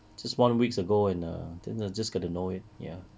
just one week ago and err 真的 just get to know it ya